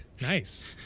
Nice